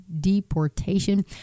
deportation